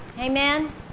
Amen